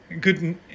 good